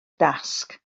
dasg